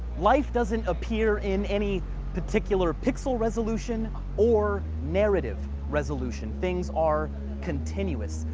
life doesn't appear in any particular pixel resolution or narrative resolution. things are continuous.